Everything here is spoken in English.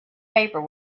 paper